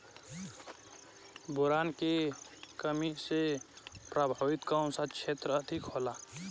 Boron के कमी से प्रभावित कौन सा क्षेत्र अधिक होला?